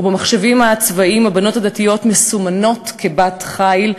ובמחשבים הצבאיים הבנות הדתיות מסומנות כ"בת-חיל",